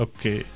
Okay